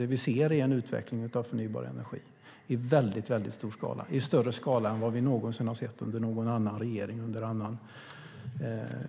Det vi ser är en utveckling av förnybar energi i väldigt stor skala - i större skala än vad vi någonsin har sett under någon regering